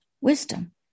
wisdom